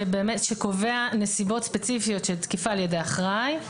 שקובע נסיבות ספציפיות של תקיפה על ידי אחראי,